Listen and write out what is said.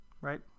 Right